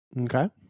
Okay